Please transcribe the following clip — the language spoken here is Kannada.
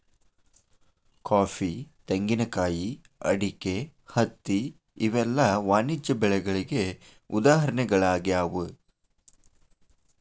ಕಾಫಿ, ತೆಂಗಿನಕಾಯಿ, ಅಡಿಕೆ, ಹತ್ತಿ ಇವೆಲ್ಲ ವಾಣಿಜ್ಯ ಬೆಳೆಗಳಿಗೆ ಉದಾಹರಣೆಗಳಾಗ್ಯಾವ